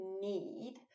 need